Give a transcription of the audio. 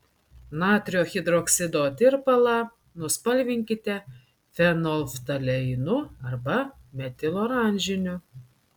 natrio hidroksido tirpalą nuspalvinkite fenolftaleinu arba metiloranžiniu